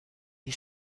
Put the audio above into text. die